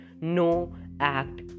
no-act